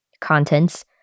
Contents